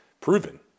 proven